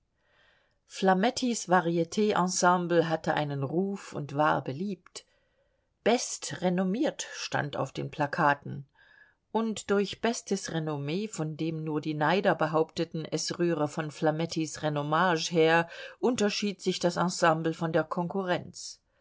flamettis variet ensemble hatte einen ruf und war beliebt bestrenommiert stand auf den plakaten und durch bestes renomm von dem nur die neider behaupteten es rühre von flamettis renommage her unterschied sich das ensemble von der konkurrenz